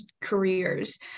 careers